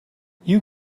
you